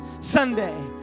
Sunday